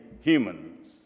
humans